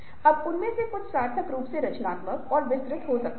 अब उनमें से कुछ सार्थक रूप से रचनात्मक और विस्तृत हो सकते हैं